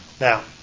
Now